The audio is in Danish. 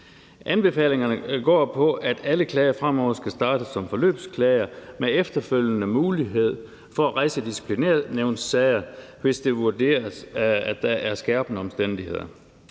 Anbefalingerne går på, at alle klager fremover skal starte som forløbsklager med efterfølgende mulighed for at rejse disciplinærnævnssager, hvis det vurderes, at der er skærpende omstændigheder.